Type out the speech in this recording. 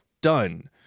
done